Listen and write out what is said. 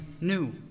new